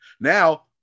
Now